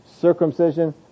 Circumcision